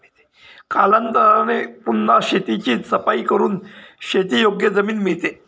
कालांतराने पुन्हा शेताची सफाई करून शेतीयोग्य जमीन मिळते